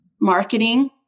marketing